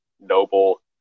noble